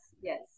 yes